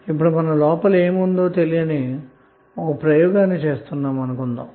ఇప్పుడు మనము పెట్టె లోపల ఏమి ఉందో తెలియని ఒక ప్రయోగాన్ని చేస్తున్నాము అనుకొందాము